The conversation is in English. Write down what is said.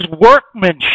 workmanship